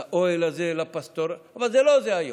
לאוהל הזה, לפסטורליה, אבל זה לא זה היום.